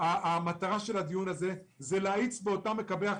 המטרה של הדיון הוא להאיץ במקבלי ההחלטות.